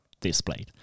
displayed